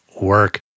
work